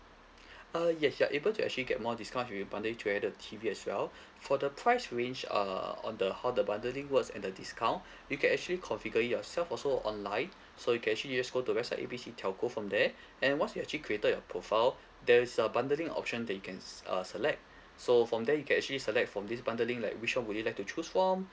uh yes you're able to actually get more discounts if you bundle it together with the T_V as well for the price range uh on the how the bundling works and the discount you can actually configure it yourself also online so you can actually just go to website A B C telco from there and once you actually created your profile there is a bundling option that you can s~ uh select so from there you can actually select from this bundling like which one would you like to choose from